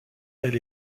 elle